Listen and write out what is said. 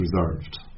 reserved